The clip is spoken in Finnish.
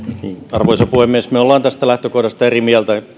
arvoisa puhemies me olemme tästä lähtökohdasta eri mieltä hallitus on